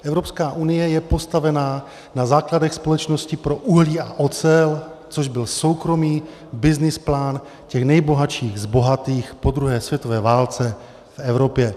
Evropská unie je postavena na základech společnosti pro uhlí a ocel, což byl soukromý byznys plán těch nejbohatších z bohatých po druhé světové válce v Evropě.